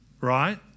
right